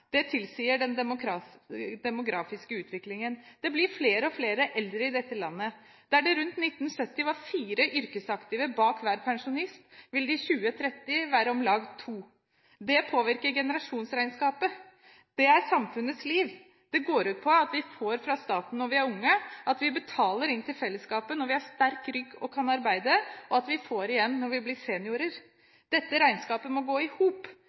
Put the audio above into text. Det tilsier den demografiske utviklingen. Det blir flere og flere eldre i dette landet. Der det rundt 1970 var fire yrkesaktive bak hver pensjonist, vil det i 2030 være om lag to. Det påvirker generasjonsregnskapet. Det er samfunnets liv: Det går ut på at vi får fra staten når vi er unge, at vi betaler inn til fellesskapet når vi har sterk rygg og kan arbeide, og at vi får igjen når vi blir seniorer. Dette regnskapet må gå i hop.